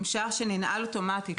עם שער שננעל אוטומטית,